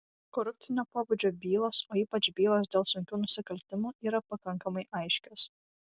korupcinio pobūdžio bylos o ypač bylos dėl sunkių nusikaltimų yra pakankamai aiškios